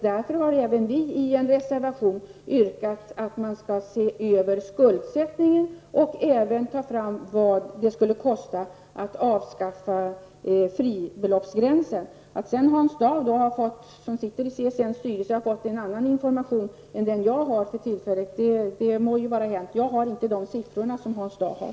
Därför har även vi i en reservation yrkat att man skall se över skuldsättningen och ta fram vad det skulle kosta att avskaffa fribeloppsgränsen. Att sedan Hans Dau, som sitter i CSNs styrelse, har fått en annan information än jag för tillfället har må vara hänt. Jag har inte de siffrorna som Hans Dau har.